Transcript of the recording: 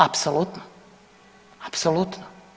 Apsolutno, apsolutno.